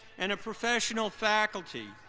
and professional faculty,